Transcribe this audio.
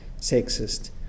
sexist